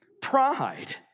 Pride